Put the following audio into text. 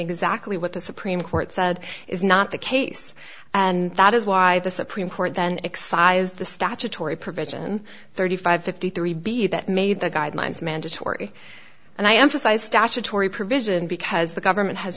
exactly what the supreme court said is not the case and that is why the supreme court then excise the statutory provision thirty five fifty three b that made the guidelines mandatory and i am precise statutory provision because the government has